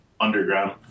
underground